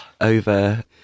over